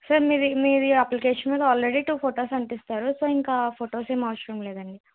sir మీది మీది application మీద ఆల్రెడీ టూ ఫోటోస్ అంటిస్తారు సో ఇంకా ఫోటోస్ ఏం అవసరం లేదండి